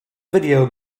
video